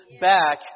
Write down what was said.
back